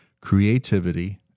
creativity